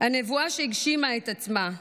הנבואה שהגשימה את עצמה,